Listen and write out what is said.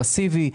פסיבי,